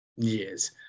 Yes